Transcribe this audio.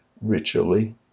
ritually